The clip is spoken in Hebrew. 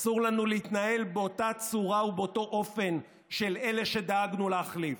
אסור לנו להתנהל באותה צורה ובאותו אופן של אלה שדאגנו להחליף.